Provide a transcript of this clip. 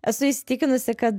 esu įsitikinusi kad